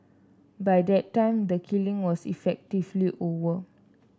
by that time the killing was effectively over